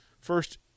first –